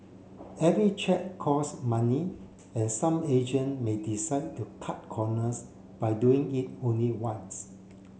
every check cost money and some agent may decide to cut corners by doing it only once